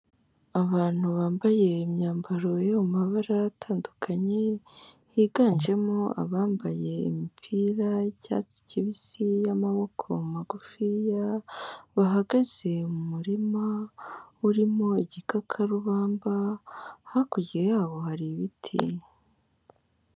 Abantu bambaye imyambaro yo mu mabara atandukanye, higanjemo abambaye imipira y'icyatsi kibisi y'amaboko magufi, bahagaze mu murima, urimo igikakarubamba, hakurya yaho hari ibiti.